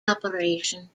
operation